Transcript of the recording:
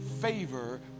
Favor